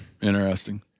Interesting